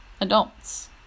adults